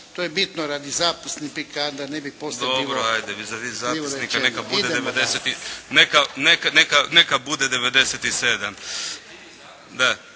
To je bitno radi zapisnika da ne bi poslije bilo rečeno./… Dobro hajde, vis a vis zapisnika neka bude 97.